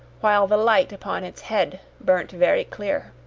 while the light upon its head burnt very clear.